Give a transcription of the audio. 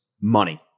money